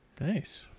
Nice